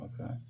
Okay